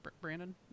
Brandon